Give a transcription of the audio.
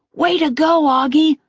way to go, auggie!